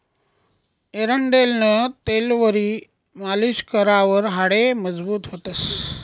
एरंडेलनं तेलवरी मालीश करावर हाडे मजबूत व्हतंस